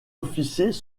officiers